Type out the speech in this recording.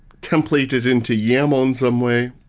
template it into yaml in some way,